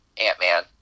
Ant-Man